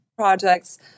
Projects